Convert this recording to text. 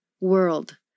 world